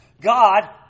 God